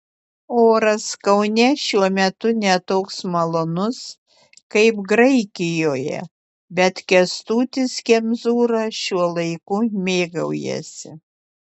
oras kaune šiuo metu ne toks malonus kaip graikijoje bet kęstutis kemzūra šiuo laiku mėgaujasi